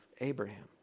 Abraham